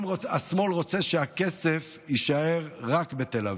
השמאל רוצה שהכסף יישאר רק בתל אביב.